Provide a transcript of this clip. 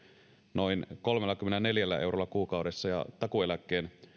noin kolmellakymmenelläneljällä eurolla kuukaudessa ja takuueläkkeen